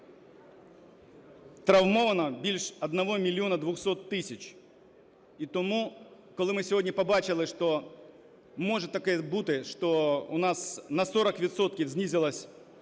травмовано більше 1 мільйона 200 тисяч. І тому, коли ми сьогодні побачили, що може таке бути, що у нас на 40 відсотків